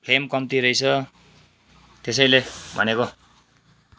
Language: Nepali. फ्लेम कम्ती रहेछ त्यसैले भनेको